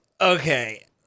Okay